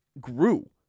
grew